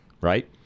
Right